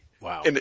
Wow